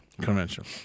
Conventional